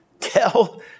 Tell